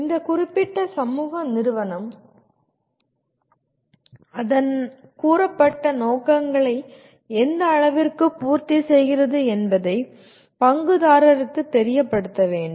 இந்த குறிப்பிட்ட சமூக நிறுவனம் அதன் கூறப்பட்ட நோக்கங்களை எந்த அளவிற்கு பூர்த்தி செய்கிறது என்பதை பங்குதாரருக்கு தெரியப்படுத்த வேண்டும்